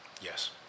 Yes